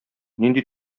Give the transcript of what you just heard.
нинди